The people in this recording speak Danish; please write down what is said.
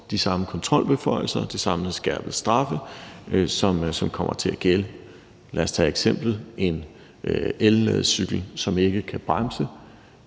de samme kontrolbeføjelser, de samme skærpede straffe, som kommer til at gælde. Lad os tage eksemplet med en elcykel, som ikke kan bremse,